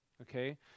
Okay